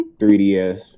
3DS